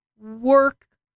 work